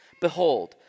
Behold